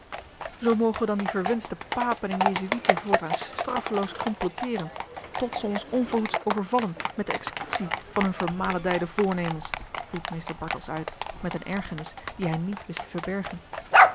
zoo mogen dan die verwenschte papen en jezuïeten voortaan straffeloos complotteeren tot ze ons onverhoeds overvallen met de executie van hunne vermaledijde voornemens riep mr bartels uit met eene ergernis die hij niet wist te verbergen